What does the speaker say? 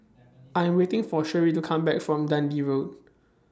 I Am waiting For Sherree to Come Back from Dundee Road